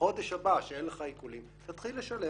בחודש הבא כשאין לך עיקולים תתחיל לשלם